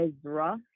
Ezra